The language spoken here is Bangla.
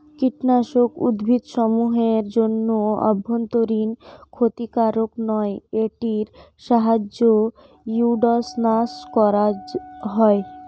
কীটনাশক উদ্ভিদসমূহ এর জন্য অভ্যন্তরীন ক্ষতিকারক নয় এটির সাহায্যে উইড্স নাস করা হয়